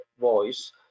voice